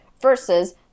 versus